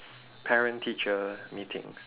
parent teacher meetings